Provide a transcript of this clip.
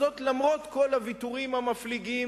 וזאת למרות כל הוויתורים המפליגים